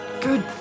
good